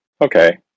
okay